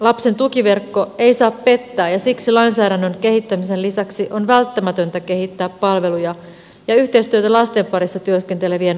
lapsen tukiverkko ei saa pettää ja siksi lainsäädännön kehittämisen lisäksi on välttämätöntä kehittää palveluja ja yhteistyötä lasten parissa työskentelevien ammattilaisten kesken